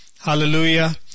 Hallelujah